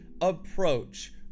approach